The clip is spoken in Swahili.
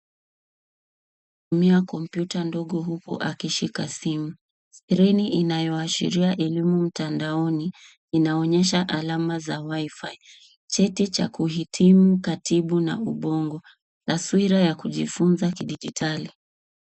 Tumia kompyuta ndogo huku akishika simu. Skirini inayoashiria elimu mtandaoni, inaonyesha alama za wifi . Cheti cha kuhitimu katibu na ubongo. Taswira ya kujifunza kidijitali.